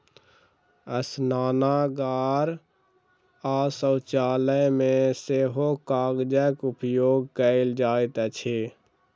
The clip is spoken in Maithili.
स्नानागार आ शौचालय मे सेहो कागजक उपयोग कयल जाइत अछि